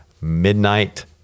midnight